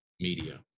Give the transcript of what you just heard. media